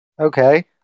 okay